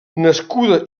nascuda